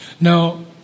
Now